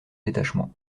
détachement